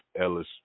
Ellis